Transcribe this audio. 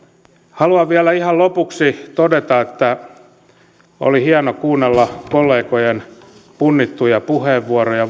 haluan vielä ihan lopuksi todeta että oli hieno kuunnella kollegojen punnittuja ja